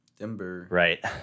Right